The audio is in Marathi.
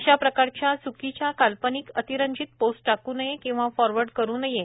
अशा प्रकारच्या च्कीच्या काल्पनिक अतिरंजीत पोस्ट टाकू नये किंवा फॉरवर्ड करू नये